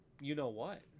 you-know-what